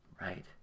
Right